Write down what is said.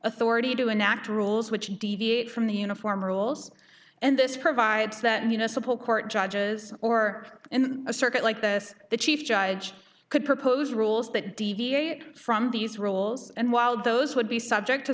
authority to enact rules which deviate from the uniform rules and this provides that you know support court judges or in a circuit like this the chief judge could propose rules that deviate from these rules and while those would be subject to